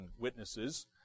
witnesses